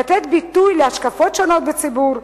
לתת ביטוי להשקפות שונות בציבור,